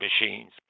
machines